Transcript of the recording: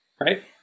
right